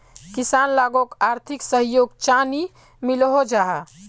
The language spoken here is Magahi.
किसान लोगोक आर्थिक सहयोग चाँ नी मिलोहो जाहा?